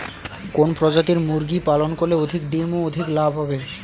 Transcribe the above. কোন প্রজাতির মুরগি পালন করলে অধিক ডিম ও অধিক লাভ হবে?